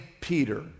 Peter